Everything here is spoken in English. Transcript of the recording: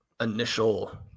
initial